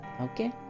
Okay